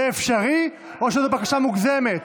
זה אפשרי או שזאת בקשה מוגזמת?